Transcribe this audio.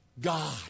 God